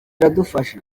iradufasha